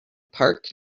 parc